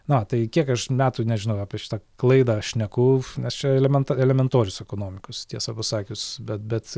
na va tai kiek aš metų nežinau apie šitą klaidą šneku nes čia elementa elementorius ekonomikos tiesą pasakius bet bet